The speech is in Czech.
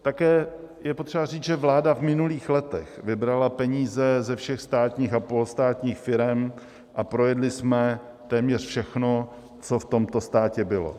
Také je potřeba říct, že vláda v minulých letech vybrala peníze ze všech státních a polostátních firem a projedli jsme téměř všechno, co v tomto státě bylo.